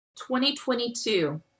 2022